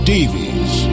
Davies